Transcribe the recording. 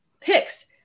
picks